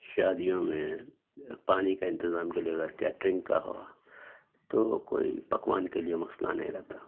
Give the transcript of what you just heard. شادیوں میں پانی کا انتظام کے لیے اگر کیٹرنگ کا ہوا تو کوئی پکوان کے لیے مسئلہ نہیں رہتا